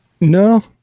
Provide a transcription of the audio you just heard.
No